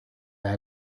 las